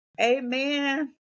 Amen